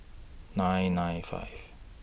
nine nine five